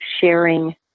sharing